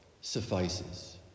suffices